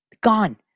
Gone